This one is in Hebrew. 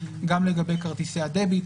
גם לגבי כרטיסי ה-Debit,